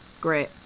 great